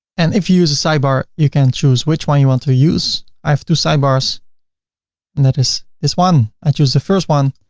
and if you use a sidebar, you can choose which one you want to use. i have two sidebars and that is this one. i choose the first one,